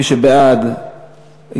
מי שבעד,